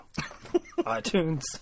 iTunes